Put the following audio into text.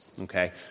Okay